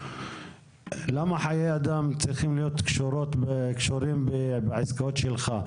למה חיי אדם צריכים להיות קשורים לעסקאות שלך?